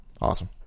Awesome